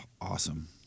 awesome